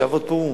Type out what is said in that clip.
שיעבוד פה,